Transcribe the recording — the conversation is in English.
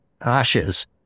ashes